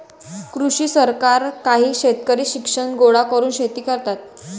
कृषी सहकार काही शेतकरी शिक्षण गोळा करून शेती करतात